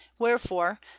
wherefore